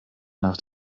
nach